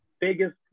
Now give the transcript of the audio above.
biggest